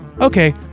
okay